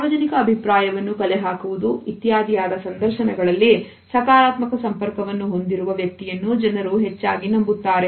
ಸಾರ್ವಜನಿಕ ಅಭಿಪ್ರಾಯವನ್ನು ಕಲೆಹಾಕುವುದು ಇತ್ಯಾದಿಯಾದ ಸಂದರ್ಶನಗಳಲ್ಲಿ ಸಕಾರಾತ್ಮಕ ಸಂಪರ್ಕವನ್ನು ಹೊಂದಿರುವ ವ್ಯಕ್ತಿಯನ್ನು ಜನರು ಹೆಚ್ಚಾಗಿ ನಂಬುತ್ತಾರೆ